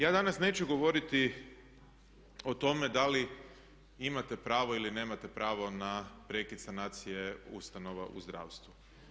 Ja danas neću govoriti o tome da li imate pravo ili nemate pravo na prekid sanacije ustanova u zdravstvu.